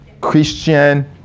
Christian